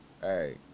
Hey